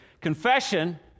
Confession